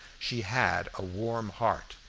she had a warm heart,